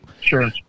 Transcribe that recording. Sure